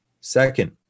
Second